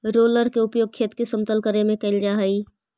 roller के उपयोग खेत के समतल करे में कैल जा हई